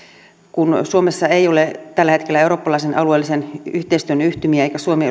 kun suomessa ei ole tällä hetkellä eurooppalaisen alueellisen yhteistyön yhtymiä eikä suomi